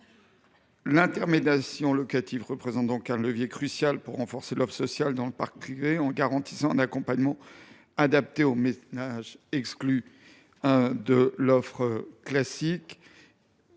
L’intermédiation locative représente donc un levier crucial pour renforcer l’offre sociale dans le parc privé en garantissant un accompagnement adapté aux ménages exclus de l’offre classique.